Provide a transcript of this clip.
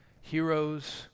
heroes